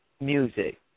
music